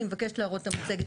אני מבקשת להראות את המצגת.